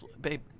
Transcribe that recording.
Babe